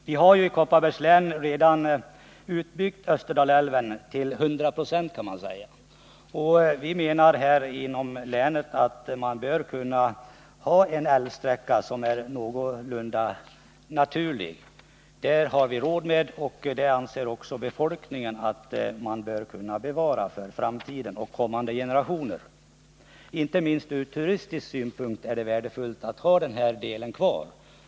Vi har ju i Kopparbergs län redan utbyggt Österdalälven till 100 26, och vi menar inom länet att man bör kunna ha en älvsträcka som är någorlunda naturlig — det har vi råd med. Också befolkningen anser att man bör kunna bevara en sådan sträcka för kommande generationer. Inte minst ur turistsynpunkt är det värdefullt att ha denna del kvar.